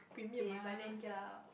K but then okay lah